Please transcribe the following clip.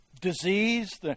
disease